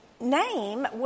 name